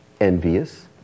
envious